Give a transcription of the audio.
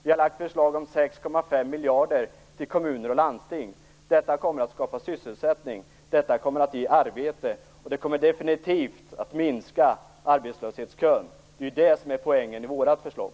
Vi har lagt fram förslag om 6,5 miljarder till kommuner och landsting. Detta kommer att skapa sysselsättning. Detta kommer att ge arbete. Det kommer definitivt att minska arbetslöshetskön. Det är det som är poängen med vårt förslag.